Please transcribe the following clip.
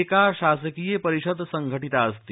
एका शासकीया परिषत् संघटिताऽस्ति